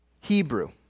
Hebrew